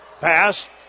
Pass